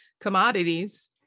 commodities